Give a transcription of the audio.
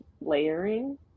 layering